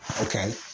Okay